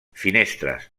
finestres